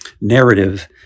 narrative